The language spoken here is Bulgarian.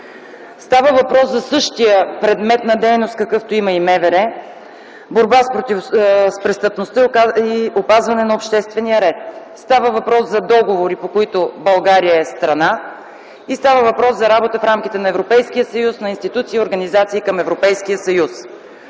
Става въпрос за същия предмет на дейност, какъвто има и МВР – борба с престъпността и опазване на обществения ред, за договори, по които България е страна и за работа в рамките на Европейския съюз на институции и организации към Европейския съюз.